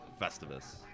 Festivus